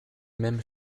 mêmes